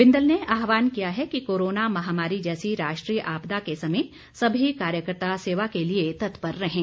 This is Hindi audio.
बिन्दल ने आहवान किया है कि करोना महामारी जैसी राष्ट्रीय आपदा के समय सभी कार्यकर्ता सेवा के लिए तत्पर रहें